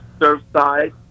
Surfside